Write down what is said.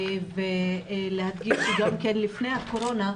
גם לפני הקורונה,